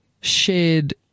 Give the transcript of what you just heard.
shared